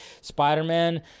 Spider-Man